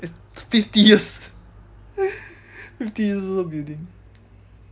it's fifty years fifty years old building